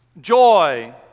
joy